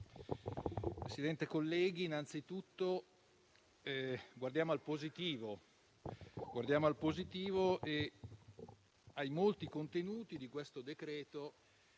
Presidente, colleghi, innanzitutto guardiamo al positivo e ai molti contenuti di questo decreto-legge